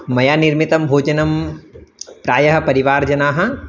मया निर्मितं भोजनं प्रायः परिवारजनाः